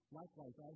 Likewise